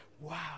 wow